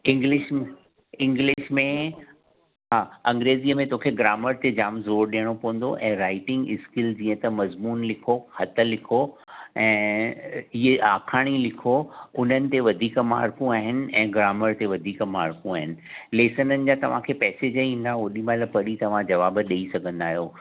English English में हा अंग्रेज़ीअ में तोखे ग्रामर ते जाम ज़ोरु ॾिअणो पवंदो ऐं राइटिंग इस्किल जीअं त मज़मून लिखो ख़तु लिखो ऐं या आखाणी लिखो उन्हनि ते वधीक मार्कूं आहिनि ऐं ग्रामर ते वधीक मार्कूं आहिनि लेसननि में तव्हांखे पैसेज ईंदा होॾी महिल पढ़ी तव्हां जवाबु ॾेई सघंदा आयो